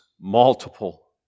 multiple